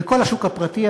וכל השוק הפרטי,